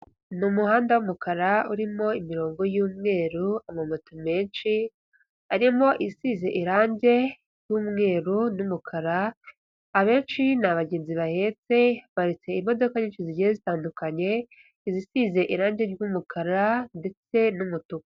Ni umuhanda w'umukara urimo imirongo y'umweru amamoto menshi arimo isize irangi ry'umweru n'umukara abenshi, ni abagenzi bahetse bafite imodoka nyinshi zigiye zitandukanye izisize irangi ry'umukara ndetse n'umutuku.